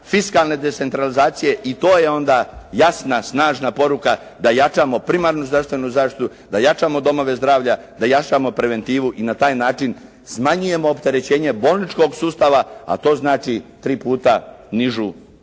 fiskalne decentralizacije i to je onda jasna snažna poruka da jačamo primarnu zdravstvenu zaštitu, da jačamo domove zdravlja, da jačamo preventivu i na taj način smanjujemo opterećenje bolničkog sustava, a to znači 3 puta nižu